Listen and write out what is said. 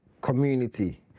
community